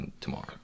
tomorrow